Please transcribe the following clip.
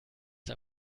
der